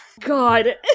god